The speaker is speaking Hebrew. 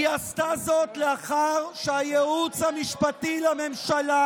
היא עשתה זאת לאחר שהייעוץ המשפטי לממשלה